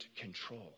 control